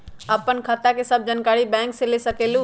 आपन खाता के सब जानकारी बैंक से ले सकेलु?